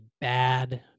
bad